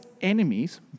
enemies